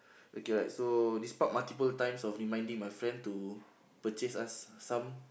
okay right so despite multiple times of reminding my friend to purchase us some